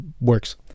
works